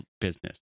business